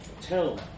tell